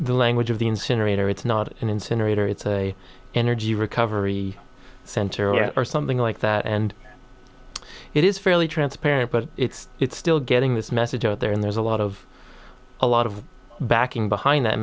the language of the incinerator it's not it's an incinerator it's a energy recovery center or something like that and it is fairly transparent but it's it's still getting this message out there and there's a lot of a lot of backing behind that